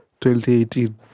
2018